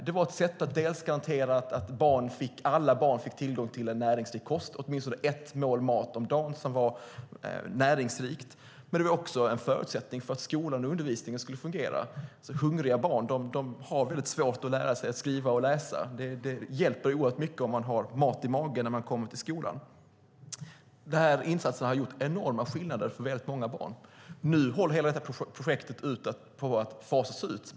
Det var dels ett sätt att garantera att alla barn fick tillgång till näringsrik kost, åtminstone ett näringsrikt mål om dagen, dels en förutsättning för att skolan och undervisningen skulle fungera. Hungriga barn har svårt att lära sig att skriva och läsa. Det hjälper oerhört mycket om de har mat i magen när de kommer till skolan. Dessa insatser har gjort enorma skillnader för många barn. Nu håller hela projektet på att fasas ut.